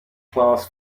class